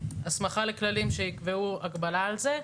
הסמכה לכללים שיקבעו הגבלה על זה.